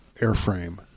airframe